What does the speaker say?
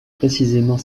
précisément